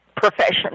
profession